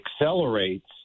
accelerates